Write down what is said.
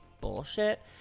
bullshit